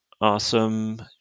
awesome